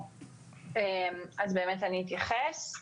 אתייחס.